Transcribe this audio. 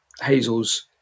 Hazel's